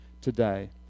today